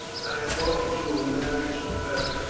i have offered you in marriage to beric.